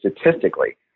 statistically